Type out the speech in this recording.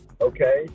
okay